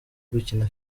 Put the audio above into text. gukina